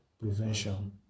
prevention